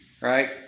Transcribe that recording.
Right